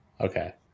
okay